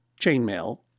chainmail